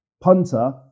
punter